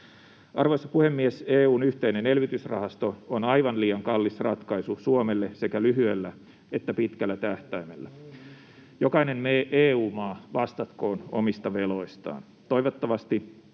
Arvoisa puhemies! EU:n yhteinen elvytysrahasto on aivan liian kallis ratkaisu Suomelle sekä lyhyellä että pitkällä tähtäimellä. Jokainen EU-maa vastatkoon omista veloistaan. Toivottavasti